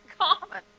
common